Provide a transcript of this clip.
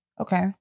Okay